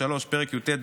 פרק י"ט,